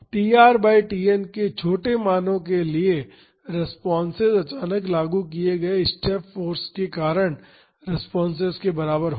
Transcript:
tr by Tn के छोटे मानों के लिए रेस्पॉन्सेस अचानक लागू किए गए स्टेप फाॅर्स के कारण रेस्पॉन्सेस के बराबर होगी